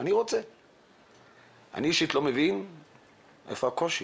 אני אישית לא מבין איפה הקושי,